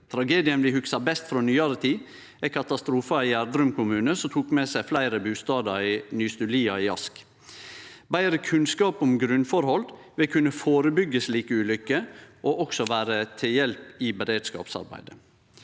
Tragedien vi hugsar best frå nyare tid, er katastrofen i Gjerdrum kommune, som tok med seg fleire bustader i Nystulia i Ask. Betre kunnskap om grunnforhold vil kunne førebyggje slike ulykker og vere til hjelp i beredskapsarbeidet.